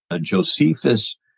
Josephus